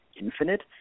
Infinite